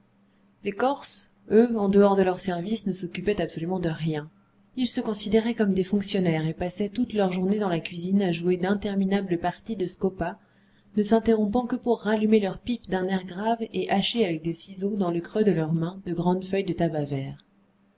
corses eux en dehors de leur service ne s'occupaient absolument de rien ils se considéraient comme des fonctionnaires et passaient toutes leurs journées dans la cuisine à jouer d'interminables parties de scopa ne s'interrompant que pour rallumer leurs pipes d'un air grave et hacher avec des ciseaux dans le creux de leurs mains de grandes feuilles de tabac vert